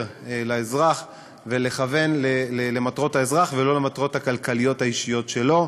לאזרח ולכוון למטרות האזרח ולא למטרות הכלכליות האישיות שלו.